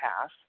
pass